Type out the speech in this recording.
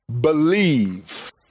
believe